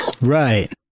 Right